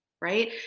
right